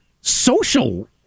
social